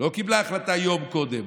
לא קיבלה החלטה יום קודם,